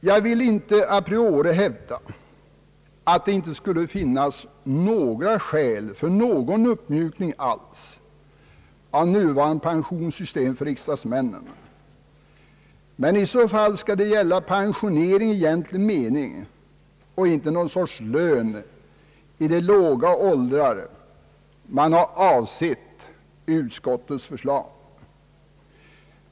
Jag vill inte a priori hävda, att det inte skulle finnas något skäl över huvud taget för en uppmjukning av nuvarande pensionssystem för riksdagsmännen. Men om så sker skall det gälla en pensionering i egentlig mening, och inte någon sorts lön i de låga åldrar som man har tänkt sig enligt utskottets förslag.